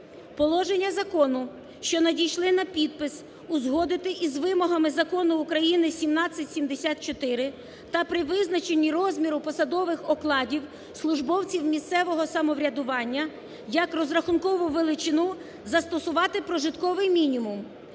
положення закону, що надійшли на підпис, узгодити із вимогами Закону України 1774 та при визначенні розміру посадових окладів службовців місцевого самоврядування як розрахункову величину застосувати прожитковий мінімум,